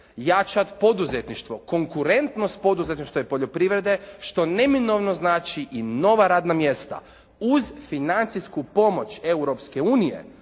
jačati poduzetništvo, konkurentnost poduzetništva i poljoprivrede što neminovno znači i nova radna mjesta, uz financijsku pomoć Europske unije,